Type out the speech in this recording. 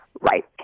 Right